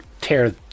tear